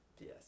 Yes